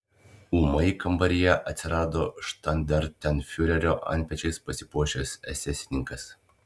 ūmai kambaryje atsirado štandartenfiurerio antpečiais pasipuošęs esesininkas